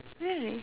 really